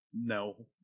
No